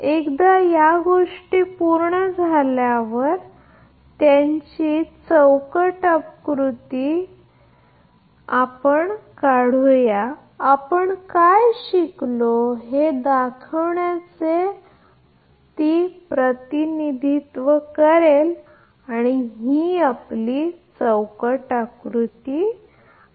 एकदा हे पूर्ण झाल्यावर या गोष्टीसाठीची ब्लॉक आकृती आपण काय शिकलो ते दाखवण्याचे प्रतिनिधित्व करेल आणि ही आपली ब्लॉक आकृती आहे